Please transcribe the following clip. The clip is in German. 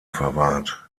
verwahrt